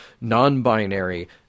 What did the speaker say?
non-binary